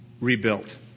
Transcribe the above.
rebuilt